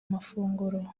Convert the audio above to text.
amafunguro